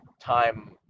time